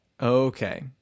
okay